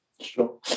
Sure